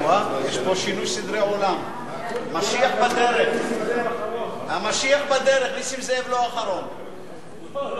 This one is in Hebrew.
חבר הכנסת נסים זאב, בבקשה,